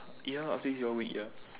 ya lah after that we go and eat ah